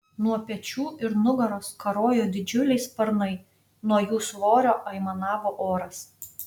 nuo pečių ir nugaros karojo didžiuliai sparnai nuo jų svorio aimanavo oras